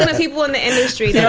and people in the industry, they were